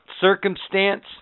circumstance